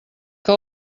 que